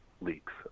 leaks